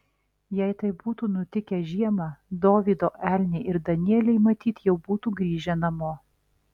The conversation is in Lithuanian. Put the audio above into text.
jei tai būtų nutikę žiemą dovydo elniai ir danieliai matyt jau būtų grįžę namo